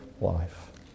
life